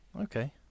Okay